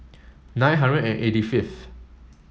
nine hundred and eighty fifth